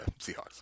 Seahawks